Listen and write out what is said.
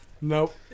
Nope